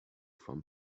from